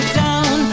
down